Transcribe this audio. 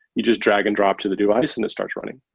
you just drag and drop to the device and it starts running.